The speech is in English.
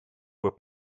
were